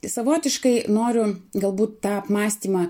savotiškai noriu galbūt tą apmąstymą